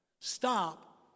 Stop